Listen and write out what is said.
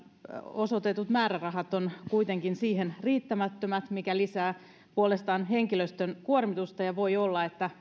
osoitetut määrärahat ovat kuitenkin siihen riittämättömät mikä lisää puolestaan henkilöstön kuormitusta ja voi olla että